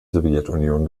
sowjetunion